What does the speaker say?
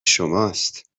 شماست